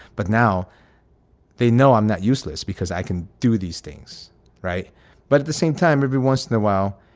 but now they know i'm not useless because i can do these things right but at the same time, every once in a while,